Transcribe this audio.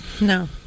No